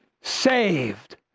saved